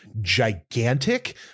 gigantic